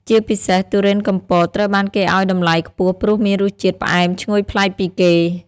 ជាពិសេស ទុរេនកំពត ត្រូវបានគេឲ្យតម្លៃខ្ពស់ព្រោះមានរសជាតិផ្អែមឈ្ងុយប្លែកពីគេ។